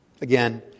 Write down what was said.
Again